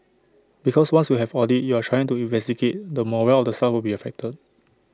because once you have audit you are trying to investigate the morale of the staff will be affected